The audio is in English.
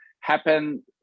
happen